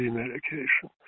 medication